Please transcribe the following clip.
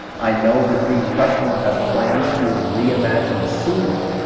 i know that the customer has plans to reimagine the ceiling.